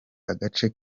agace